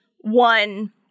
one